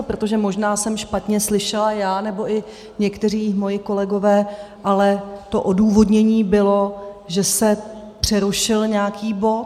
Protože možná jsem špatně slyšela já nebo i někteří moji kolegové, ale to odůvodnění bylo, že se přerušil nějaký bod.